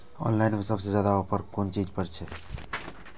Online में सबसे ज्यादा ऑफर कोन चीज पर छे?